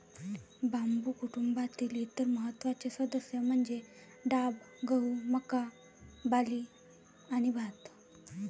बांबू कुटुंबातील इतर महत्त्वाचे सदस्य म्हणजे डाब, गहू, मका, बार्ली आणि भात